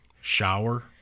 Shower